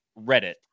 Reddit